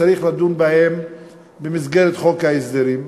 צריך לדון בהן במסגרת חוק ההסדרים?